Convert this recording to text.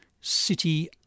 city